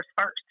first